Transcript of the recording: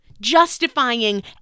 justifying